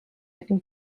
and